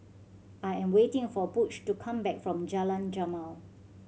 I am waiting for Butch to come back from Jalan Jamal